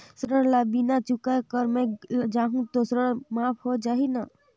ऋण ला बिना चुकाय अगर मै जाहूं तो ऋण माफ हो जाही न?